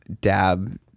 dab